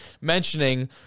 mentioning